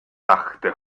dachte